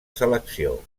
selecció